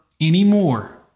anymore